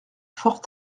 fort